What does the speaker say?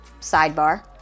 Sidebar